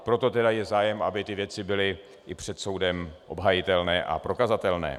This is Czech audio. Proto tedy je zájem, aby ty věci byly i před soudem obhajitelné a prokazatelné.